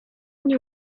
nie